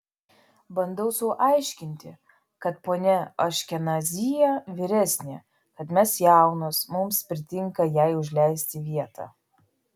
bandau sau aiškinti kad ponia aškenazyje vyresnė kad mes jaunos mums pritinka jai užleisti vietą